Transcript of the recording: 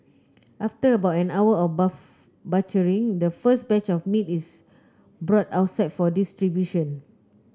after about an hour of butchering the first batch of meat is brought outside for distribution